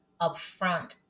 upfront